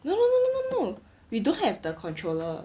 no no no no no we don't have the controller